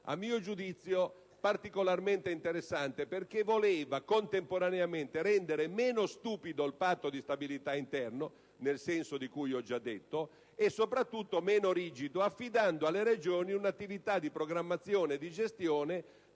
a mio giudizio particolarmente interessante. Essa voleva, contemporaneamente, rendere il Patto di stabilità interno meno stupido (nel senso di cui ho già detto) e soprattutto meno rigido, affidando alle Regioni un'attività di programmazione e di gestione